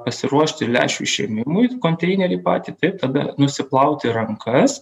pasiruošti lęšių išėmimui konteinerį patį taip tada nusiplauti rankas